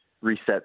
reset